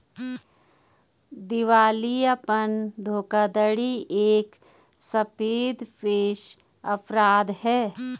दिवालियापन धोखाधड़ी एक सफेदपोश अपराध है